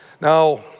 Now